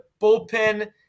bullpen